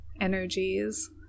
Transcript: energies